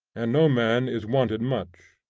and no man is wanted much.